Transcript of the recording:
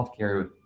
healthcare